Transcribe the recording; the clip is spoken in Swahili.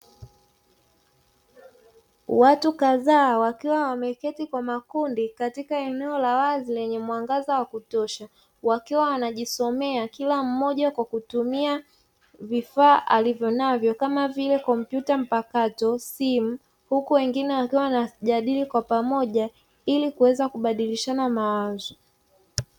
Watu kadhaa wakiwa wameketi kwa makundi katika eno la wazi lenye mwangaza wa kutosha, wakiwa wanajisomea kila mmoja kwa kutumia vifaa alivyonavyo kama vile, kompyuta mpakato, simu, wengine wakiwa wanajadili kwa pamoja, ili kuweza kubadilishana mawazo.